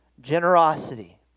generosity